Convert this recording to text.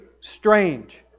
strange